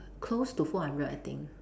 close to four hundred I think